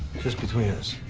just between us.